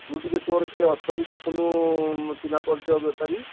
ତୁ ଟିକିଏ ତୋର କିଏ ଅଛନ୍ତି ଦେଖୁନୁ ଚିହ୍ନା ପରିଚୟ ବେପାରୀ